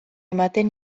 ematen